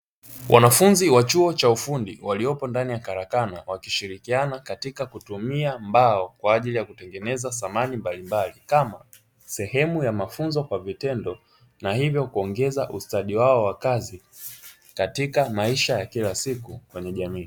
Wanafunzi wa chuo cha ufundi waliopo ndani ya karakana, wakishirikiana katika kutumia mbao kwa ajili ya kutengeneza samani mbalimbali; kama sehemu ya mafunzo kwa vitendo na hivyo kuongeza ustadi wao wa kazi katika maisha ya kila siku kwenye jamii.